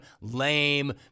lame